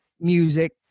music